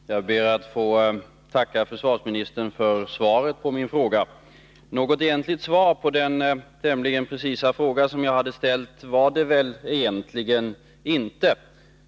Herr talman! Jag ber att få tacka försvarsministern för svaret på min fråga. Något egentligt svar på den tämligen precisa fråga som jag har ställt var det dock inte.